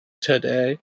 today